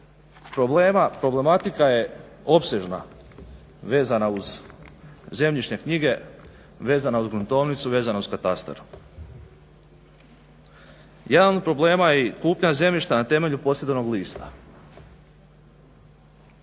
Problematika je opsežna vezana uz zemljišne knjige, vezana uz gruntovnicu, vezana uz katastar. Jedan od problema je i kupnja zemljišta na temelju posjedovnog lista.